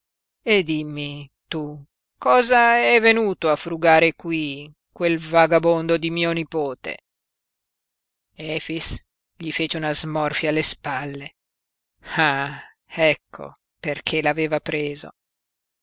e dimmi tu cosa è venuto a frugare qui quel vagabondo di mio nipote efix gli fece una smorfia alle spalle ah ecco perché l'aveva preso